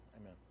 Amen